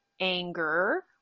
Anger